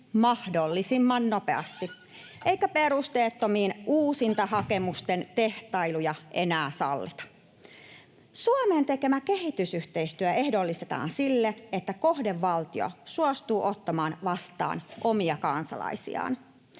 mahdollisimman nopeasti eikä perusteettomia uusintahakemusten tehtailuja enää sallita. Suomen tekemä kehitysyhteistyö ehdollistetaan sille, että kohdevaltio suostuu ottamaan vastaan omia kansalaisiaan.